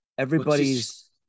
everybody's